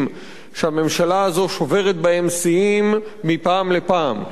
שהממשלה הזאת שוברת בהם שיאים מפעם לפעם.